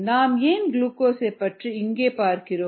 நாம் ஏன் குளுக்கோஸைப் பற்றி இங்கே பார்க்கிறோம்